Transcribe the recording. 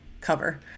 cover